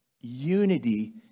Unity